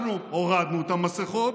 אנחנו הורדנו את המסכות,